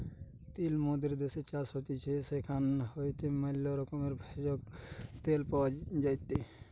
তিল মোদের দ্যাশের চাষ হতিছে সেখান হইতে ম্যালা রকমের ভেষজ, তেল পাওয়া যায়টে